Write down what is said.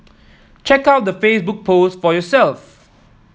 check out the Facebook post for yourself